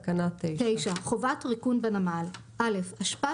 תקנה 9. חובת ריקון בנמל 9. (א) אשפה,